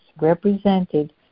represented